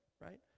right